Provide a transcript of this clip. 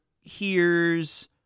hears